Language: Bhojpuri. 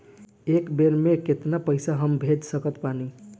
एक बेर मे केतना पैसा हम भेज सकत बानी?